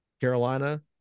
Carolina